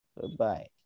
Goodbye